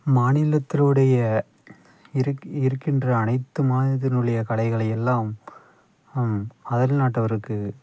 மாநிலத்தினுடைய இருக் இருக்கின்ற அனைத்து மாநிலத்தினுடைய கலைகளை எல்லாம் அயல்நாட்டவருக்கு